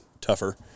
tougher